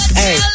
hey